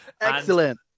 Excellent